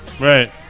Right